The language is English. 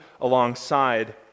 alongside